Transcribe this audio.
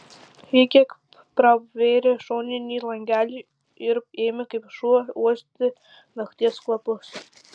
ji kiek pravėrė šoninį langelį ir ėmė kaip šuo uosti nakties kvapus